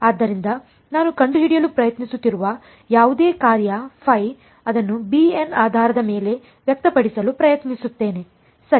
ಆದ್ದರಿಂದ ನಾನು ಕಂಡುಹಿಡಿಯಲು ಪ್ರಯತ್ನಿಸುತ್ತಿರುವ ಯಾವುದೇ ಕಾರ್ಯ ϕ ಅದನ್ನು bn ಆಧಾರದ ಮೇಲೆ ವ್ಯಕ್ತಪಡಿಸಲು ಪ್ರಯತ್ನಿಸುತ್ತೇನೆ ಸರಿ